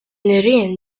nirien